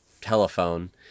telephone